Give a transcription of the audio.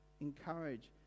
encourage